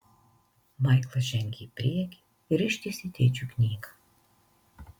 maiklas žengė į priekį ir ištiesė tėčiui knygą